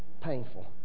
painful